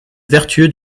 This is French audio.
vertueux